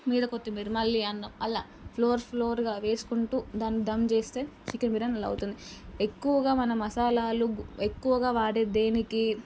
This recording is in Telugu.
మీద కొత్తిమీర మళ్ళీ అన్నం అలా ఫ్లోర్ ఫ్లోర్గా వేసుకుంటూ దాన్ని దంచేస్తే చికెన్ బిర్యాని ఇలా అవుతుంది ఎక్కువగా మన మసాలాలు ఎక్కువగా వాడేది దేనికి